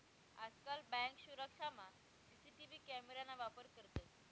आजकाल बँक सुरक्षामा CCTV camera ना वापर करतंस